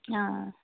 অ'